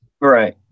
Right